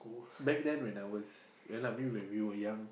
back then when I was ya lah I mean when we were young